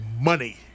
money